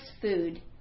food